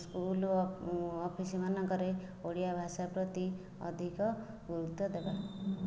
school office ମାନଙ୍କରେ ଓଡ଼ିଆ ଭାଷା ପ୍ରତି ଅଧିକ ଗୁରୁତ୍ୱ ଦେବା